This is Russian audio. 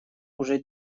уже